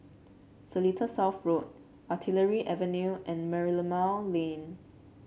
Seletar South Road Artillery Avenue and Merlimau Lane